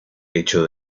hecho